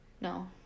No